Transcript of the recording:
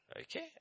Okay